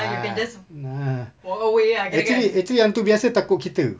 !hanna! actually actually hantu biasa takut kita